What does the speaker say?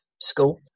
school